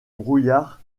brouillard